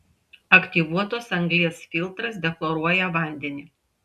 aktyvuotos anglies filtras dechloruoja vandenį